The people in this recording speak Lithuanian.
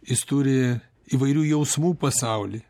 jis turi įvairių jausmų pasaulį